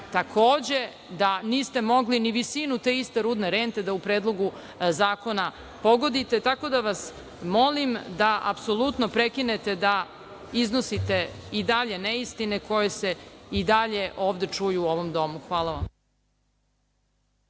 takođe da niste mogli ni visinu te iste rudne rente da u Predlogu zakona pogodite. Molim vas da prekinete da iznosite i dalje neistine koje se i dalje ovde čuju u ovom domu. Hvala vam.